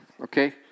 okay